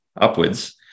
upwards